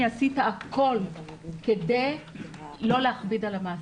עשית הכול כדי לא להכביד על המעסיקים.